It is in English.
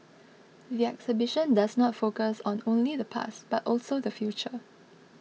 the exhibition does not focus on only the past but also the future